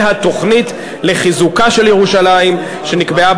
והתוכנית לחיזוקה של ירושלים שנקבעה